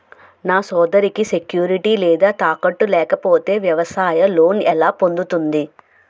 నా సోదరికి సెక్యూరిటీ లేదా తాకట్టు లేకపోతే వ్యవసాయ లోన్ ఎలా పొందుతుంది?